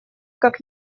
как